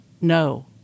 No